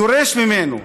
דורש ממנו,